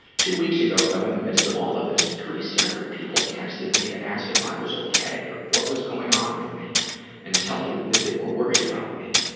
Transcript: two weeks ago, though, in the midst of all of this, three separate people texted me to ask if i was okay or what was going on with me and tell me that they were worried about me.